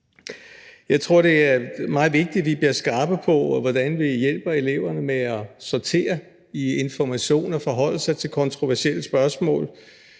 Jeg tror, det er meget vigtigt, at vi bliver skarpe på, hvordan vi hjælper eleverne med at sortere i informationer, forholde sig til kontroversielle spørgsmål,